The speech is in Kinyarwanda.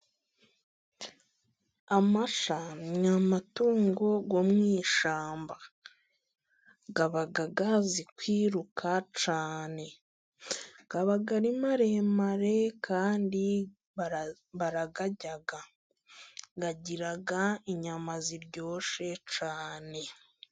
Amasha ni amatungo yo mu ishyamba, aba azi kwiruka cyane, aba ari maremare kandi barayarya, agira inyama ziryoshye cyane.